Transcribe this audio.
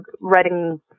writing